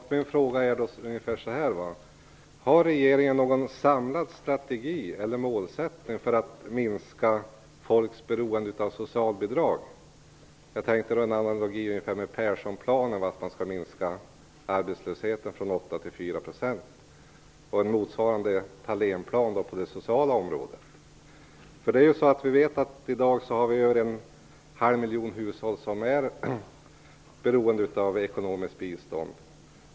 Herr talman! Jag skulle vilja ställa en fråga till statsrådet Ingela Thalén om socialpolitiken. Har regeringen någon samlad strategi eller målsättning för att minska människors beroende av socialbidrag? Har man i analogi med Perssonplanen, enligt vilken arbetslösheten skall minskas från 8 % till 4 %, en motsvarande Thalénplan för det sociala området? I dag är en halv miljon hushåll beroende av ekonomiskt bistånd.